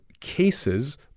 cases